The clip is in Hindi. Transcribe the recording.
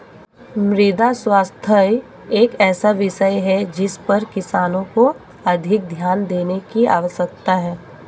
मृदा स्वास्थ्य एक ऐसा विषय है जिस पर किसानों को अधिक ध्यान देने की आवश्यकता है